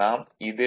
இதில் Wc I2fl2